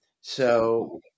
So-